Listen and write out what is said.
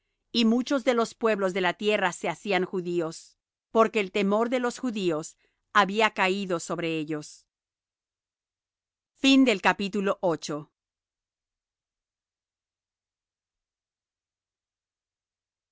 y muchos de los pueblos de la tierra se hacían judíos porque el temor de los judíos había caído sobre ellos y en